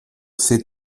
ces